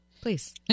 Please